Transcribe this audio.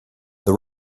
that